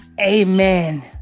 Amen